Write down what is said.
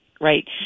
right